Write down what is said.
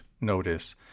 notice